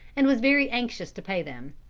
and was very anxious to pay them.